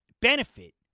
benefit